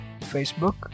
Facebook